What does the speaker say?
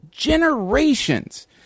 Generations